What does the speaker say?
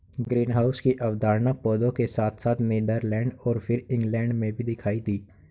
greenhouse की अवधारणा पौधों के साथ साथ नीदरलैंड और फिर इंग्लैंड में भी दिखाई दी